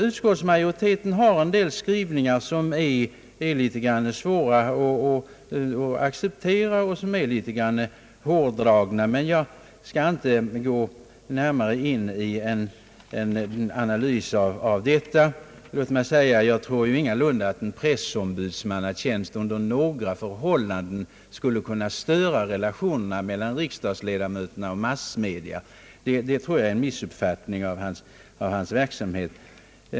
Utskottsmajoriteten har en del skrivningar som är litet svåra att acceptera och något hårdragna, men jag skall inte gå närmare in i en analys därav. Jag tror inte att en pressombudsmannatjänst under några förhållanden skulle kunna störa relationerna mellan riksdagsledamöterna och massmedia. Den som befarar att så skulle bli fallet tror jag har missuppfattat pressombudsmannens verksamhet.